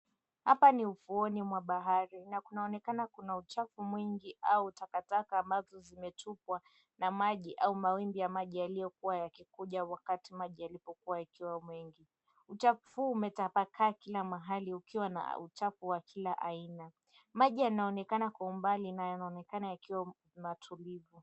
Hapa ni ufuoni mwa bahari, na kunaonekana kuna uchafu mwingi au takataka ambazo zimetupwa na maji au mawimbi ya maji yaliyokuwa yakikuja wakati maji yalipokuwa yakiwa mengi. Uchafu umetapakaa kila mahali ukiwa na uchafu wa kila aina. Maji yanaonekana kwa umbali na yanaonekana yakiwa matulivu.